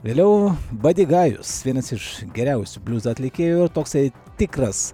vėliau baidigajus vienas iš geriausių bliuzo atlikėjų toksai tikras